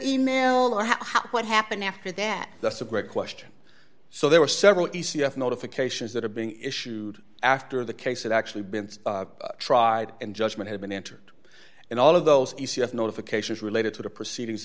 e mail or how what happened after that that's a great question so there were several e c f notifications that are being issued after the case that actually been tried and judgment had been entered in all of those you see as notifications related to the proceedings